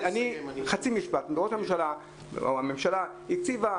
הממשלה הקציבה